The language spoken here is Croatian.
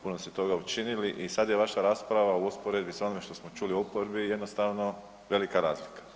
Puno ste toga učinili i sad je vaša rasprava u usporedbi s onim što smo čuli u oporbi jednostavno velika razlika.